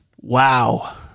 Wow